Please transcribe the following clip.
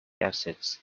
exits